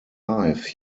life